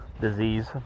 disease